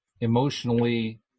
emotionally